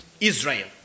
Israel